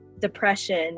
depression